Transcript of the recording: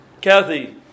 Kathy